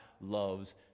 loves